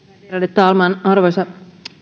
talman arvoisa